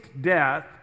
death